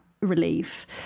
relief